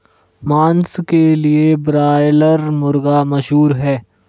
मांस के लिए ब्रायलर मुर्गा मशहूर है